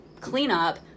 cleanup